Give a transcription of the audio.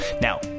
Now